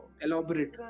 Elaborate